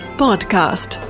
podcast